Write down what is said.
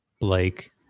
Blake